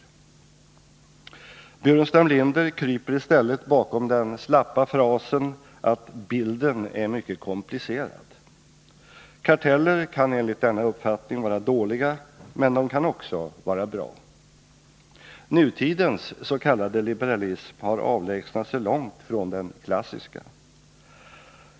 Staffan Burenstam Linder kryper i stället bakom den slappa frasen: ”Bilden är alltså mycket komplicerad.” Karteller kan enligt denna uppfattning vara dåliga, men de kan också vara bra. Nutidens s.k. liberalism har avlägsnat sig långt från den klassiska.